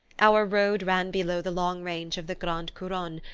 our road ran below the long range of the grand couronne,